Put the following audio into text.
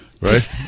Right